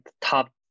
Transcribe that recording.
top